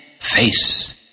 face